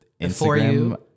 Instagram